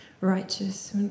righteous